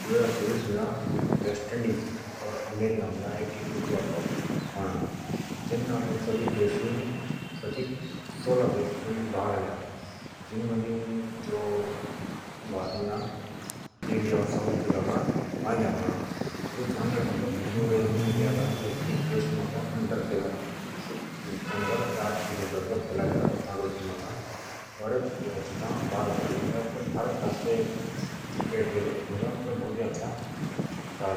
दुई हजार चोबिस मुझ वेस्टइंडीज और अमेरिका मुझ एक टी टुवन्टी वर्ल्ड कप अणा जेन्दा सोउड देशुई भाग लेआ इन मुझे इंडिया और दक्षिण अफ्रीका का फाइनल मुकाबला अणा भारत का कप्तान रोहित शर्मा था और एक वर्ल्ड कप जीता अः भारत वाडीक भारत देश वाडे एतु जीता